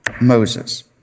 Moses